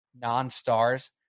non-stars